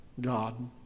God